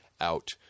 out